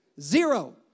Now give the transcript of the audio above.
Zero